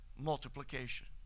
multiplication